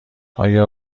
آیا